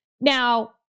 Now